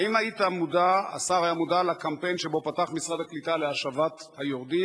האם השר היה מודע לקמפיין שבו פתח משרד הקליטה להשבת היורדים?